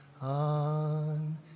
on